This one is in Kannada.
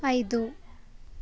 ಐದು